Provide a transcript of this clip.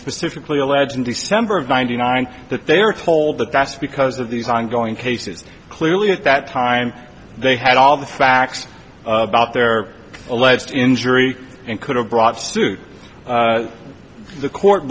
specifically allege in december of ninety nine that they were told that that's because of these ongoing cases clearly at that time they had all the facts about their alleged injury and could have brought suit the court